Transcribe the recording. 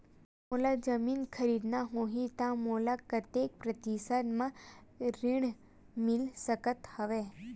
अगर मोला जमीन खरीदना होही त मोला कतेक प्रतिशत म ऋण मिल सकत हवय?